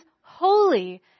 holy